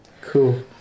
Cool